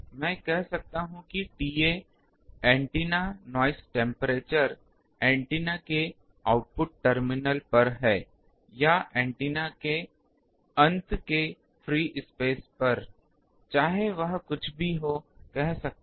में कह सकता हु की TA antenna noise temperature antenna के आउटपुट टर्मिनल पर है या एंटीना के अंत के फ्री स्पेस पर चाहे वह कुछ भी हो कह सकता हूं